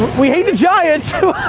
we hate the giants.